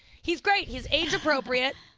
he's great, he's age-appropriate,